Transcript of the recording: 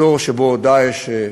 אזור שבו "דאעש"